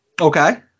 okay